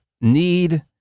need